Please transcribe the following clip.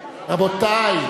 רבותי.